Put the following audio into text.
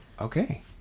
Okay